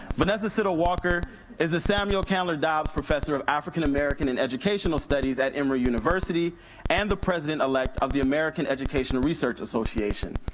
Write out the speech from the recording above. vanessa siddle walker is the samuel candler dobbs professor of african american and educational studies at emory university and the president-elect of the american educational research association,